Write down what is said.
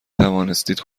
توانستید